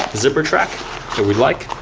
zipper track that we like.